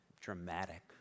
Dramatic